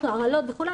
הרעלות וכולי,